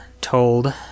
told